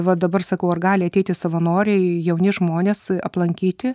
va dabar sakau ar gali ateiti savanoriai jauni žmonės aplankyti